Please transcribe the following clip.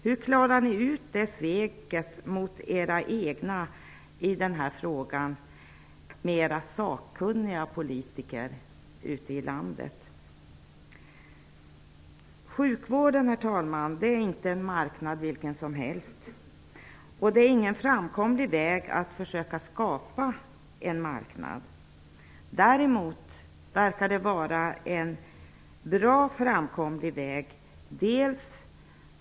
Hur klarar ni ut sveket mot era egna -- de sakkunniga politikerna ute i landet? Herr talman! Sjukvården är inte en marknad vilken som helst. Att försöka skapa en marknad är ingen framkomlig väg.